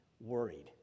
Worried